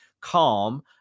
calm